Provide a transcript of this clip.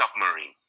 submarine